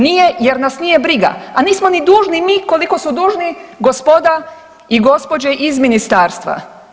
Nije jer nas nije briga, a nismo ni dužni mi koliko su dužni gospoda i gospođe iz ministarstva.